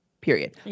period